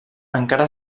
encara